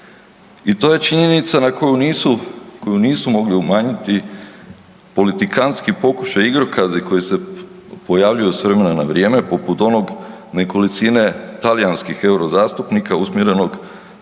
I to je činjenica na koju nisu, koju nisu mogli umanjiti politikantski pokušaji i igrokazi koji se pojavljuju s vremena na vrijeme poput onog nekolicine talijanskih eurozastupnika usmjerenog na